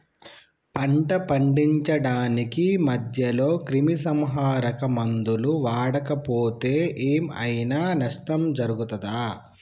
పంట పండించడానికి మధ్యలో క్రిమిసంహరక మందులు వాడకపోతే ఏం ఐనా నష్టం జరుగుతదా?